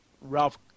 Ralph